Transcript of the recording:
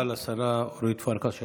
תודה רבה לשרה אורית פרקש הכהן.